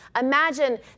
Imagine